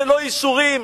ללא אישורים,